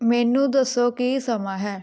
ਮੈਨੂੰ ਦੱਸੋ ਕੀ ਸਮਾਂ ਹੈ